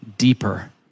deeper